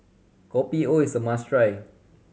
Kopi O is a must try